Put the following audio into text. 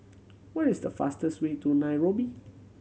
what is the fastest way to Nairobi